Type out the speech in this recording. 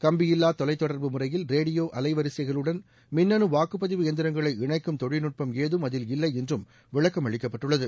கம்பியில்லா தொலைத்தொடர்பு முறையில் ரேடியோ அலைவரிசைகளுடன் மின்னனு வாக்குப்பதிவு எந்திரங்களை இணைக்கும் தொழில்நுட்பம் ஏதும் அதில் இல்லை என்றும் விளக்கம் அளிக்கப்பட்டள்ளது